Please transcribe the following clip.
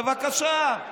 בבקשה,